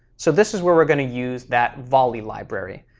so this is where we're going to use that volley library.